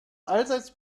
allseits